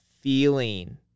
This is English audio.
feeling